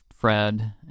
Fred